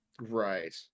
Right